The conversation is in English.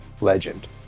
legend